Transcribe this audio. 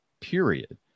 period